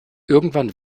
irgendwann